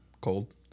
cold